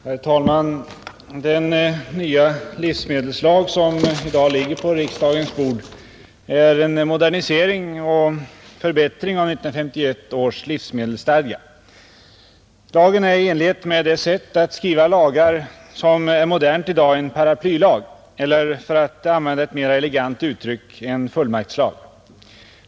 Herr talman! Den nya livsmedelslag som i dag ligger på riksdagens bord är en modernisering och förbättring av 1951 års livsmedelsstadga. Lagen är, i enlighet med det sätt att skriva lagar som är modernt i dag, en paraplylag eller, för att använda ett mer elegant uttryck, en fullmaktslag.